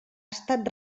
estat